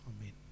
Amen